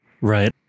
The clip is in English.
Right